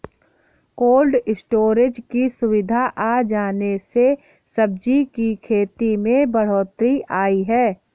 cold storage की सुविधा आ जाने से सब्जी की खेती में बढ़ोत्तरी आई है